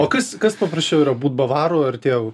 o kas kas paprasčiau yra būt bavaru ar tėvu